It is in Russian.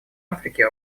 африки